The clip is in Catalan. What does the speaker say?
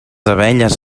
abelles